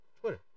Twitter